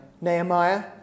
Nehemiah